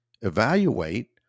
evaluate